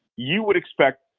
you would expect,